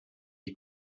die